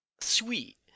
Sweet